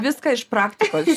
viską iš praktikos